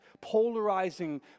polarizing